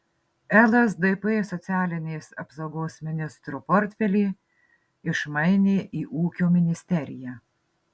lsdp socialinės apsaugos ministro portfelį išmainė į ūkio ministeriją